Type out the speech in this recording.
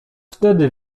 wtedy